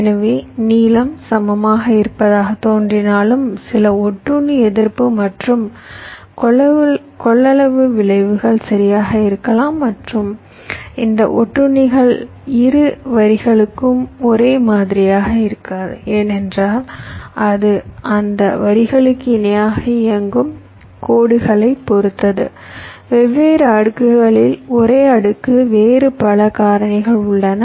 எனவே நீளம் சமமாக இருப்பதாகத் தோன்றினாலும் சில ஒட்டுண்ணி எதிர்ப்பு மற்றும் கொள்ளளவு விளைவுகள் சரியாக இருக்கலாம் மற்றும் இந்த ஒட்டுண்ணிகள் இரு வரிகளுக்கும் ஒரே மாதிரியாக இருக்காது ஏனென்றால் அது அந்த வரிகளுக்கு இணையாக இயங்கும் கோடுகளைப் பொறுத்தது வெவ்வேறு அடுக்குகளில் ஒரே அடுக்கு வேறு பல காரணிகள் உள்ளன